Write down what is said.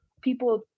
people